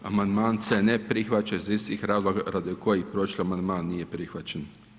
Amandman se ne prihvaća iz istih razloga radi kojih prošli amandman nije prihvaćen.